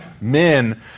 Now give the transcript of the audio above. men